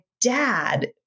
dad